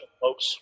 folks